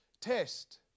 test